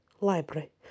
library